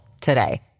today